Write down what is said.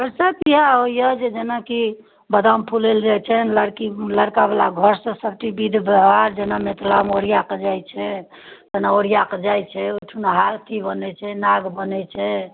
व्यवस्था इएह होइया जेनाकि बादाम फूलायल जाइत छनि लड़की लड़का बला घरसँ सब चीज विध व्यवहार जेना मिथिलामे ओरिआ कऽ जाइत छै जेना ओरिआ कऽ जाइत छै ओहिठुमा अथी बनैत छै नाग बनैत छै